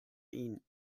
ihn